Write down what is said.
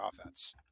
offense